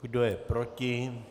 Kdo je proti?